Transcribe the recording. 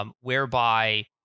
whereby